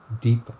deep